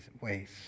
ways